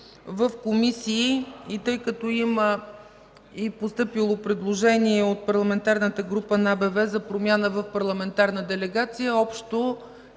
в комисии. Тъй като има и постъпило предложение от Парламентарната група на АБВ за промяна в парламентарна делегация, общо